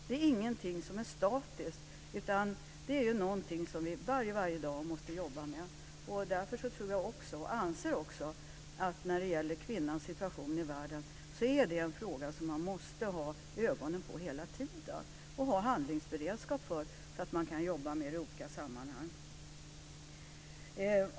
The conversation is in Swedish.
Det är ingenting som är statiskt, utan det är någonting som man måste jobba med varje dag. Därför anser jag att kvinnans situation i världen är en fråga som man måste ha ögonen på hela tiden. Man måste ha en handlingsberedskap som man kan jobba utifrån i olika sammanhang.